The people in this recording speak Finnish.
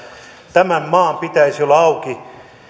tämän maan pitäisi olla auki